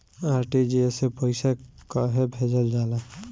RTGS से पइसा कहे भेजल जाला?